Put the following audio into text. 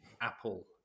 apple